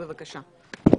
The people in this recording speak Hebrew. בבקשה.